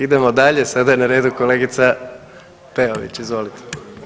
Idemo dalje, sada je na redu kolegica Peović, izvolite.